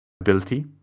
ability